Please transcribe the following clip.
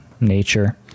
nature